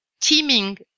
teaming